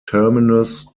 terminus